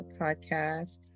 podcast